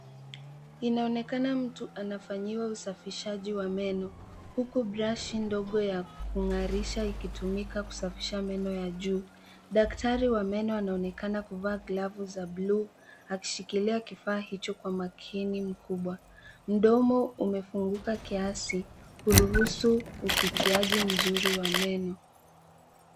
Inaonekana mtu anafanyiwa usafishaji wa meno. Huku brush ndogo ya kung'arisha ikitumika kusafisha meno ya juu. Daktari wa meno anaonekana kuvaa glavu za blue akishikilia kifaa hicho kwa makini mkubwa. Mdomo umefunguka kiasi kuruhusu ufikiaji mzuri wa meno.